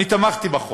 אני תמכתי בחוק.